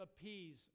appease